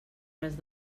res